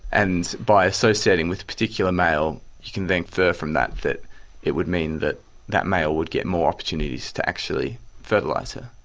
and by associating with a particular male you can then infer from that that it would mean that that male would get more opportunities to actually fertilise her.